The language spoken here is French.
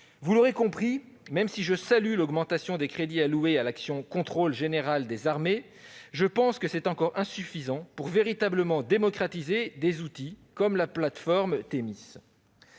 Vous l'aurez compris, même si je salue l'augmentation des crédits alloués à l'action Contrôle général des armées, je pense qu'elle est encore insuffisante pour véritablement démocratiser des outils comme la plateforme Thémis.